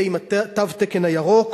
אלה עם תו התקן הירוק,